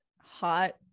hot